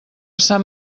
sant